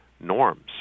norms